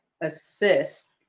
assist